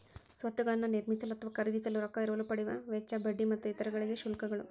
ಸ್ವತ್ತುಗಳನ್ನ ನಿರ್ಮಿಸಲು ಅಥವಾ ಖರೇದಿಸಲು ರೊಕ್ಕಾ ಎರವಲು ಪಡೆಯುವ ವೆಚ್ಚ, ಬಡ್ಡಿ ಮತ್ತು ಇತರ ಗಳಿಗೆ ಶುಲ್ಕಗಳು